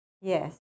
Yes